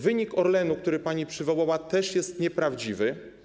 Wynik Orlenu, który pani przywołała, też jest nieprawdziwy.